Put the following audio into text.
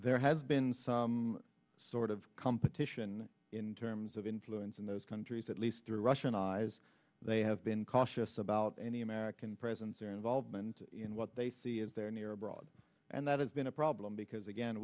there has been some sort of competition in terms of influence in those countries at least through russian eyes they have been cautious about any american presence or involvement in what they see as their near abroad and that has been a problem because again